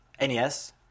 NES